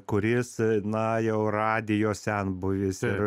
kuris na jau radijo senbuvis ir